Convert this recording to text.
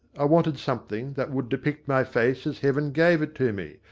i wanted something that would depict my face as heaven gave it to me,